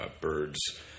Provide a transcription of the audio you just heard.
birds